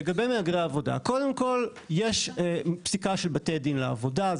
לגבי מהגרי עבודה: קודם כל יש פסיקה של בתי דין לעבודה,